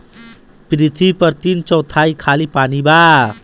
पृथ्वी पर तीन चौथाई खाली पानी बा